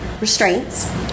restraints